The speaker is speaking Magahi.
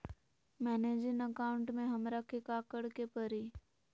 मैंने जिन अकाउंट में हमरा के काकड़ के परी?